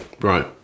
Right